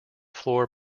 floor